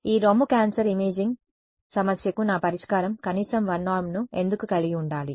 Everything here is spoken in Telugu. ఈ రొమ్ము క్యాన్సర్ ఇమేజింగ్ సమస్యకు నా పరిష్కారం కనీసం 1 నార్మ్ ను ఎందుకు కలిగి ఉండాలి